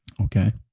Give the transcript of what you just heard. Okay